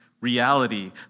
reality